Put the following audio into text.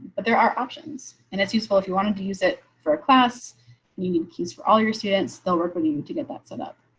but there are options and it's useful if you wanted to use it for a class union keys for all your students. they'll work with you to get that set up.